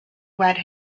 wed